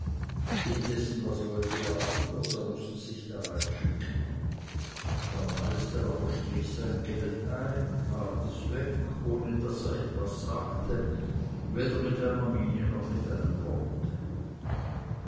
indessen was wollte er anders er mußte sich darein schicken der meister aber strich sein geld ein tat es weg ohne daß er etwas sagte weder mit einer miene noch mit einem worte